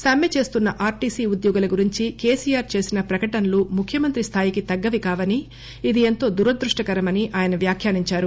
సమ్మె చేస్తున్న ఆర్టీసీ ఉద్యోగుల గురించి కేసీఆర్ చేసిన ప్రకటనలు ముఖ్యమంత్రి స్థాయికి తగ్గవికావని ఇది ఎంతో దురదృష్టకరమని ఆయన వ్యాఖ్యానించారు